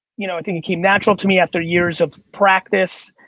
you know i think it came natural to me after years of practice,